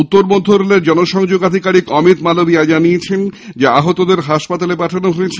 উত্তর মধ্য রেলের জনসংযোগ আধিকারিক অমিত মালব্য জানিয়েছেন আহতদের হাসপাতালে পাঠানো হয়েছে